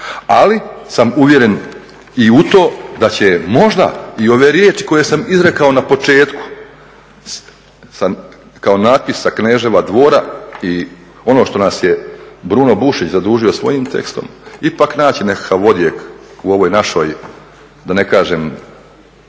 ali sam uvjeren i u to da će možda i ove riječi koje sam izrekao na početku kao natpis sa kneževa dvora i ono što nas je Bruno Bušić zadužio svojim tekstom, ipak naći nekakav … u ovoj našoj, da ne kažem,